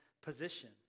position